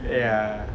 ya